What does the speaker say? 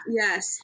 yes